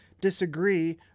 disagree